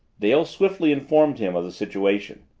dale swiftly informed him of the situation.